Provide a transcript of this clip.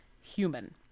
human